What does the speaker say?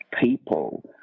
people